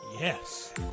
Yes